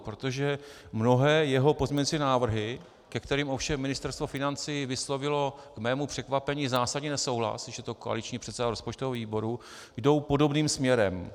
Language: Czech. Protože mnohé jeho pozměňující návrhy, ke kterým ovšem Ministerstvo financí vyslovilo k mému překvapení zásadní nesouhlas, i když je to koaliční předseda rozpočtového výboru, jdou podobným směrem.